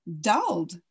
dulled